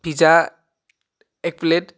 pizza এক plate